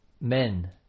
men